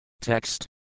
Text